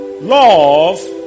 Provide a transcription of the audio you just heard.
love